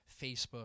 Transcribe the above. facebook